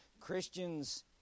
christians